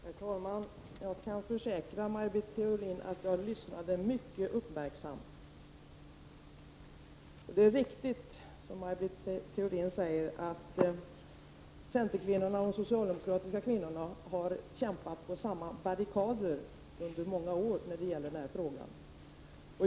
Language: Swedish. Herr talman! Jag kan försäkra Maj Britt Theorin att jag lyssnade mycket uppmärksamt. Det är riktigt, som Maj Britt Theorin säger, att centerkvinnorna och de socialdemokratiska kvinnorna har kämpat på samma barrikader under många år i den här frågan.